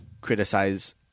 criticize